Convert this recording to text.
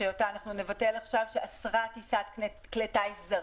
שאותה נבטל עכשיו, שאסרה טיסת כלי טיס זרים,